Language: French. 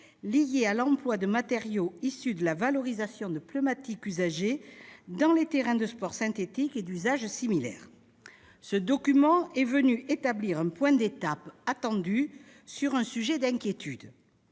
-liés à l'emploi de matériaux issus de la valorisation de pneumatiques usagés dans les terrains de sport synthétiques et d'usages similaires. Ce document est venu établir un point d'étape attendu sur un sujet d'inquiétude.